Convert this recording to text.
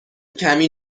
کمی